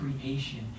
creation